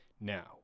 Now